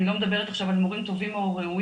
אני לא מדברת עכשיו על מורים טובים או ראויים,